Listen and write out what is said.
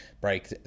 break